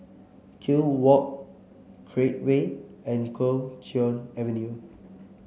Kew Walk Create Way and Kuo Chuan Avenue